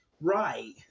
Right